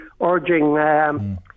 urging